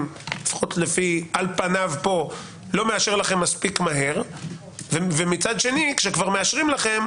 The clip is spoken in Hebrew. לפחות על פניו פה לא מאשר לכם מספיק מהר ומצד שני כשכבר מאשרים לכם,